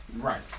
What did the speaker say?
Right